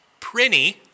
Prinny